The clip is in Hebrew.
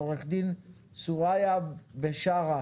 עורך דין סוריא בשארה